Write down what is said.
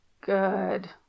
good